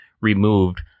removed